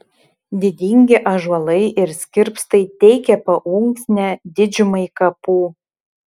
didingi ąžuolai ir skirpstai teikė paunksnę didžiumai kapų